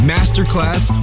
Masterclass